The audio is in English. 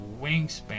wingspan